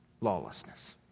lawlessness